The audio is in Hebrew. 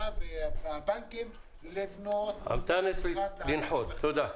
ומהבנקים לבנות מתווה במיוחד לעסקים --- תודה.